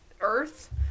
earth